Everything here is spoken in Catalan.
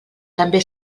també